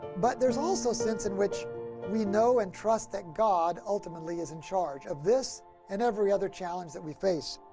but there's also sense in which we know and trust that god ultimately is in charge of this and every other challenge that we face.